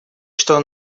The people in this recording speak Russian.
что